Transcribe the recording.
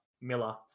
Miller